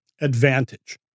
advantage